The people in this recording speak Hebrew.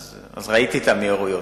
אז ראיתי את המהירויות.